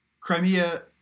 Crimea